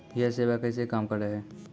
यह सेवा कैसे काम करै है?